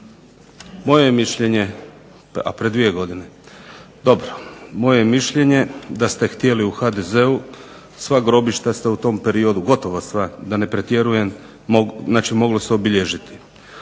je mišljenje da ste htjeli u HDZ-u sva grobišta ste u tom periodu, gotovo sva da ne pretjerujem, znači moglo se obilježiti.